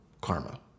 karma